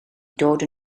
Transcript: dod